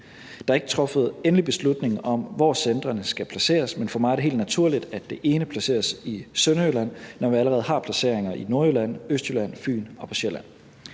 Der er ikke truffet endelig beslutning om, hvor centrene skal placeres, men for mig er det helt naturligt, at det ene placeres i Sønderjylland, når vi allerede har placeringer i Nordjylland, i Østjylland, på Fyn og på Sjælland,